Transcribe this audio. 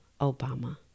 Obama